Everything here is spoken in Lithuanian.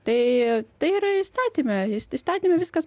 tai tai yra įstatyme jis įstatyme viskas